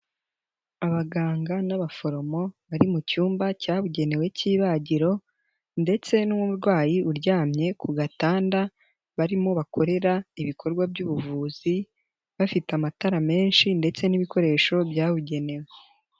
Abaganga n'abaforomo bari mu cyumba cyabugenewe cy'ibagiro ndetse n'umurwayi uryamye ku gatanda barimo bakorera ibikorwa by'ubuvuzi, bafite amatara menshi ndetse n'ibikoresho byabugenewe.